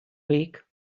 week